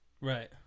Right